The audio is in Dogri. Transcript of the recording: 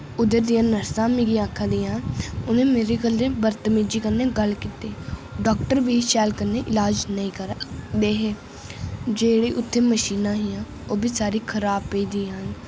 उद्धर दियां नर्सां मिगी आखा दियां उ'नैं मेरे गल्लें बतमिजी कन्नै गल्ल कीती डाक्टर बी शैल कन्नै इलाज नेईं करा दे हे जेह्ड़े उत्थै मशीनां हियां ओह् बी सारी खराब पेदियां